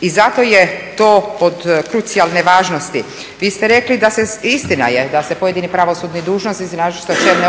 i zato je to od krucijalne važnosti. Vi ste rekli da, istina je, da se pojedini pravosudni dužnosnici …